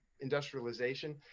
industrialization